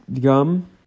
gum